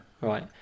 Right